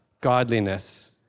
godliness